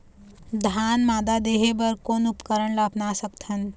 धान मादा देहे बर कोन उपकरण ला अपना सकथन?